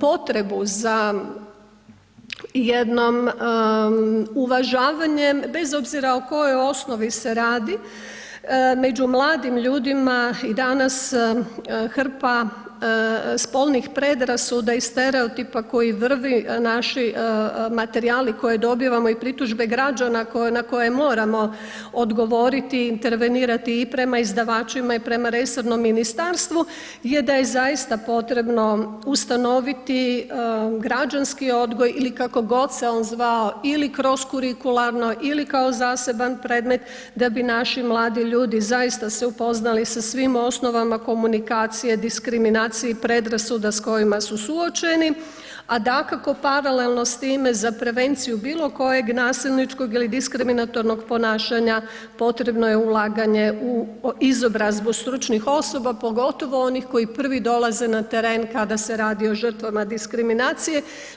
potrebu za jednom uvažavanjem bez obzira o kojoj osnovi se radi među mladim ljudima i danas hrpa spolnih predrasuda i stereotipa koji vrvi naši materijali koje dobivamo i pritužbe građana na koje moramo odgovoriti, intervenirati i prema izdavačima i prema resornom ministarstvu je da je zaista potrebno ustanoviti građanski odgoj ili kako god se on zvao ili kroz kurikularno, ili kao zaseban predmet da bi naši mladi ljudi zaista se upoznali sa svim osnovama komunikacije, diskriminacije i predrasuda s kojima su suočeni a dakako paralelno sa time za prevenciju bilo kojeg nasilničkog ili diskriminatornog ponašanja potrebno je ulaganje u izobrazbu stručnih osoba pogotovo onih koji prvi dolaze na teren kada se radi o žrtvama diskriminacije.